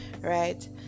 right